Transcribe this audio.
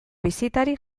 bisitari